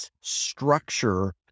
structure